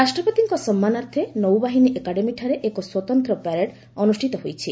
ରାଷ୍ଟ୍ରପତିଙ୍କ ସମ୍ମାନାର୍ଥେ ନୌବାହିନୀ ଏକାଡେମୀଠାରେ ଏକ ସ୍ୱତନ୍ତ୍ର ପ୍ୟାରେଡ୍ ଅନୁଷ୍ଠିତ ହୋଇଛି